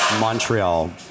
montreal